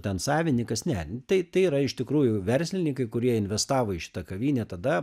ten savinykas ne tai tai yra iš tikrųjų verslininkai kurie investavo į šitą kavinę tada